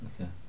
Okay